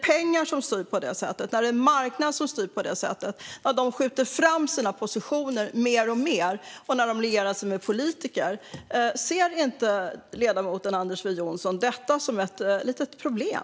Pengarna och marknaden skjuter fram sina positioner mer och mer, och de lierar sig med politiker. Ser inte ledamoten Anders W Jonsson detta som ett problem?